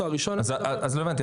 אז לא הבנתי.